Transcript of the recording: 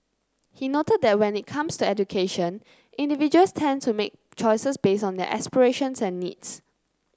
he noted that when it comes to education individuals tend to make choices based on their aspirations and needs